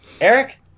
eric